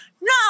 no